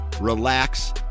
relax